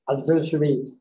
adversary